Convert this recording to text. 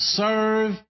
serve